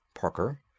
Parker